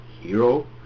hero